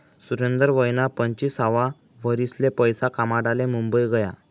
सुरेंदर वयना पंचवीससावा वरीसले पैसा कमाडाले मुंबई गया